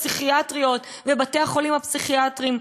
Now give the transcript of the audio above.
הפסיכיאטריות ובתי-החולים הפסיכיאטריים.